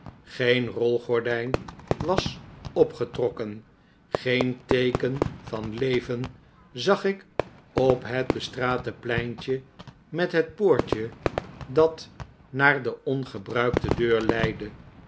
geen rolgordijn was opgetrokken geen teeken van leven zag ik op het bestrate pleintje met het poortje dat naar de ongebruikte deur leidde